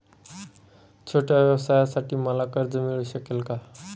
छोट्या व्यवसायासाठी मला कर्ज मिळू शकेल का?